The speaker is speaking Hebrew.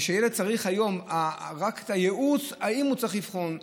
וכשילד צריך היום רק את הייעוץ אם הוא צריך אבחון,